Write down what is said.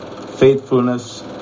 faithfulness